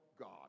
God